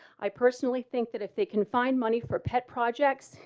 i personally think that if they can find money for pet projects,